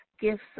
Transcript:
gifts